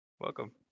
Welcome